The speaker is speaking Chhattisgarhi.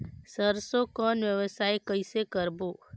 सरसो कौन व्यवसाय कइसे करबो?